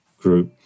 group